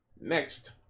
next